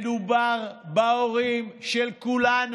מדובר בהורים של כולנו.